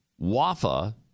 Wafa